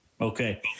okay